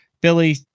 Billy